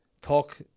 talk